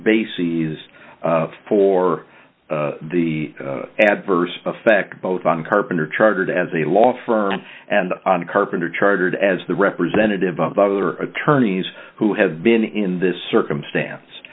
bases for the adverse effect both on carpenter chartered as a law firm and on carpenter chartered as the representative of other attorneys who have been in this circumstance